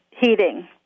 heating